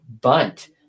bunt